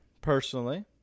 personally